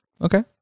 Okay